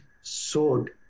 sword